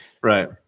Right